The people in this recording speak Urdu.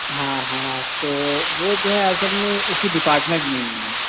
ہاں ہاں تو وہ جو ہے اصل میں اُسی ڈپارٹمنٹ میں ہی ہیں